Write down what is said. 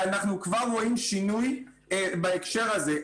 ואנחנו כבר רואים שינוי בהקשר הזה.